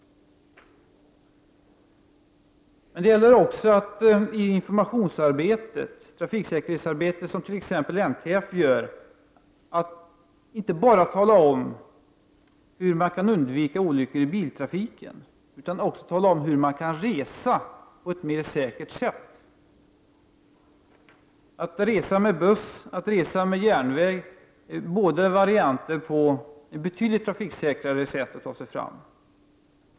Men det gäller också att i det informationsarbete som t.ex. NTF bedriver inte bara tala om hur man kan undvika olyckor i biltrafiken utan också tala om hur man kan resa på ett säkrare sätt. Att resa med buss eller järnväg är betydligt trafiksäkrare sätt att ta sig fram.